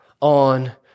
on